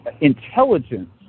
intelligence